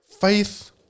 Faith